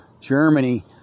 Germany